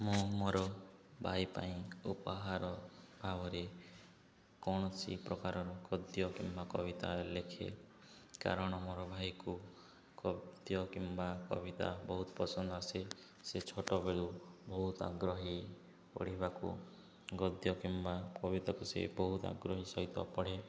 ମୁଁ ମୋର ଭାଇ ପାଇଁ ଉପହାର ଭାବରେ କୌଣସି ପ୍ରକାରର ଗଦ୍ୟ କିମ୍ବା କବିତାରେ ଲେଖେ କାରଣ ମୋର ଭାଇକୁ ଗଦ୍ୟ କିମ୍ବା କବିତା ବହୁତ ପସନ୍ଦ ଆସେ ସେ ଛୋଟବେଳୁ ବହୁତ ଆଗ୍ରହୀ ପଢ଼ିବାକୁ ଗଦ୍ୟ କିମ୍ବା କବିତାକୁ ସେ ବହୁତ ଆଗ୍ରହୀ ସହିତ ପଢ଼େ